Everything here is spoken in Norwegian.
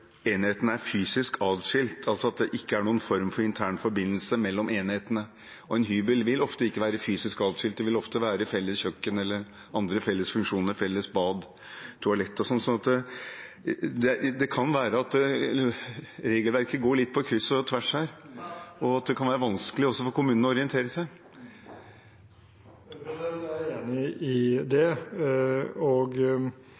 noen form for intern forbindelse mellom enhetene. Og en hybel vil ofte ikke være fysisk atskilt; det vil ofte være felles kjøkken eller andre felles funksjoner – felles bad, toalett osv. Det kan være at regelverket går litt på kryss og tvers her, og at det kan være vanskelig også for kommunene å orientere seg. Jeg er enig i